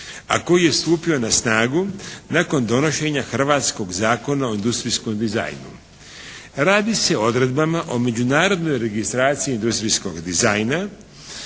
a koji je stupio na snagu nakon donošenja hrvatskog Zakona o industrijskom dizajnu. Radi se o odredbama o međunarodnoj registraciji industrijskog dizajna.